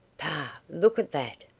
pah! look at that!